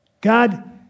God